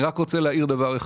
אני רק רוצה להעיר דבר אחד.